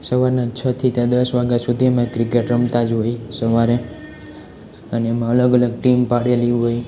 સવારના છથી ત્યાં દસ વાગા સુધી અમે ક્રિકેટ રમતા જ હોઈએ સવારે અને એમાં અલગ અલગ ટીમ પાડેલી હોય